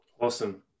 Awesome